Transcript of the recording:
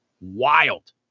Wild